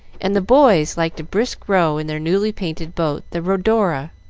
and the boys liked a brisk row in their newly painted boat, the rhodora.